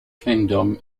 kingdom